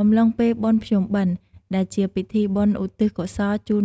អំឡុងពេល បុណ្យភ្ជុំបិណ្ឌ ដែលជាពិធីបុណ្យឧទ្ទិសកុសលជូន